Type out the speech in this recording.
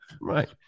Right